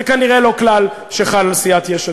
זה כנראה לא כלל שחל על סיעת יש עתיד.